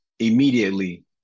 immediately